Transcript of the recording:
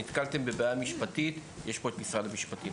נתקלתם בבעיה משפטית יש פה את משרד המשפטים.